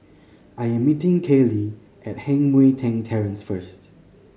I am meeting Kaylie at Heng Mui Keng Terrace first